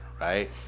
right